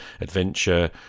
adventure